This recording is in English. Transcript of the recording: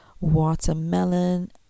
watermelon